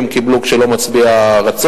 אם מה שהם קיבלו לא משביע רצון.